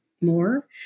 more